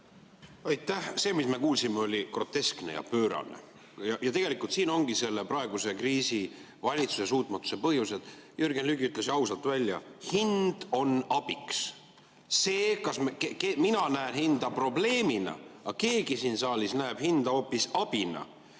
See, mis me kuulsime, oli groteskne ja pöörane. Tegelikult siin ongi selle praeguse kriisi, valitsuse suutmatuse põhjused. Jürgen Ligi ütles ausalt välja: hind on abiks. Mina näen hinda probleemina, aga keegi siin saalis näeb hinda hoopis abina.